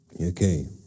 Okay